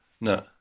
No